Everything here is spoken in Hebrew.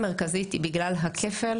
אני, ברשותכם, אדוני סוכן הביטוח.